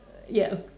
yeah